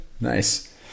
nice